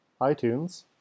iTunes